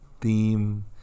theme